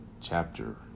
chapter